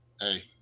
hey